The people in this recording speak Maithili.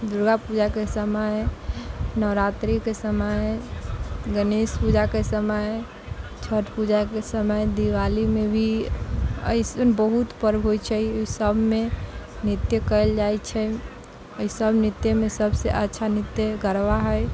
दुर्गा पूजाके समय नवरात्रिके समय गणेश पूजाके समय छठि पूजाके समय दिवालीमे भी एसन बहुत पर्ब होइ छै सभमे नृत्य कयल जाइ छै एहि सभ नृत्यमे सभ से अच्छा नृत्य गरबा हइ